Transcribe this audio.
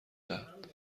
دهد